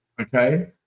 okay